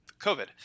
covid